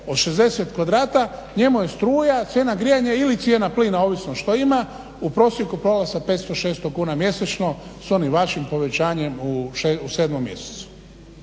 od 60 kvadrata njemu je struja cijena grijanja ili cijena plina ovisi što ima u prosjeku pala sa 500, 600 kuna mjesečno s onim vašim povećanjem u sedmom mjesecu.